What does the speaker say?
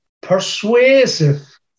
persuasive